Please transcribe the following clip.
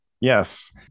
Yes